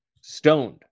stoned